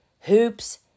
hoops